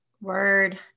Word